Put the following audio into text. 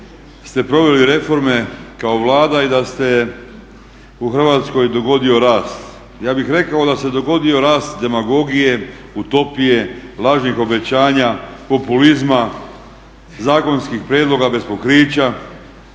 da ste proveli reforme kao Vlada i da se u Hrvatskoj dogodio rast. Ja bih rekao da se dogodio rast demagogije, utopije, lažnih obećanja, populizma, zakonskih prijedloga bez pokrića